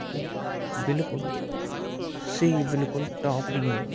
ओह् बिल्कुल स्हेई बिल्कुल टॉप दियां न